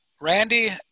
Randy